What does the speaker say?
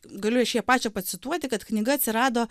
galiu aš ją pačią pacituoti kad knyga atsirado